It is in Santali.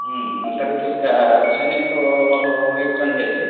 ᱦᱮᱸ ᱚᱱᱛᱮ ᱨᱮ ᱪᱮᱫᱞᱮᱠᱟ ᱫᱟᱸᱥᱟᱭ ᱮᱱᱮᱡ ᱠᱚ ᱦᱩᱭᱩᱜ ᱠᱟᱱ ᱜᱮᱭᱟ ᱪᱮ